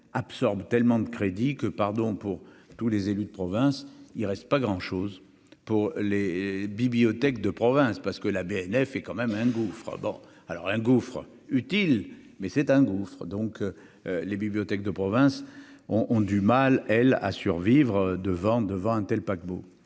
absorbe tellement de crédit que pardon pour tous les élus de province, il reste pas grand chose pour les bibliothèques de province parce que la BNF est quand même un gouffre bon alors un gouffre utile mais c'est un gouffre donc les bibliothèques de province ont ont du mal L à survivre devant, devant un tel paquebots,